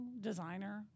designer